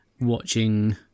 watching